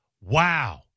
wow